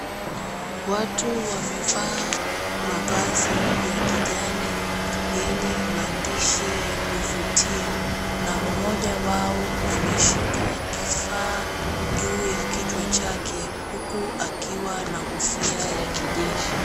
Watu wamevaa mavazi ya kijani yenye maandishi ya kuvutia na mmoja wao ameshika kifaa juu ya kichwa chake, huku akiwa na kofia ya kijeshi.